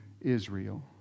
Israel